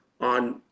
on